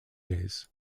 days